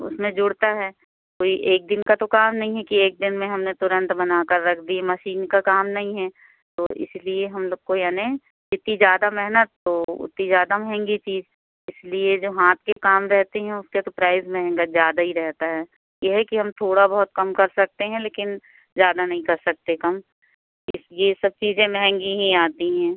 उसमें जुड़ता है कोई एक दिन का तो काम नहीं है कि एक दिन में हमने तुरंत बनाकर रख दी मसीन का काम नहीं है तो इसलिए हम लोग को यानि जितनी ज़्यादा मेहनत तो उतनी ज़्यादा महंगी चीज़ इसलिए जो हाथ के काम रहते हैं उसका तो प्राइज़ महंगा ज़्यादा ही रहता है ये है कि हम थोड़ा बहुत कम कर सकते हैं लेकिन ज़्यादा नहीं कर सकते कम इसलिए ये सब चीज़ें महंगी ही आती हैं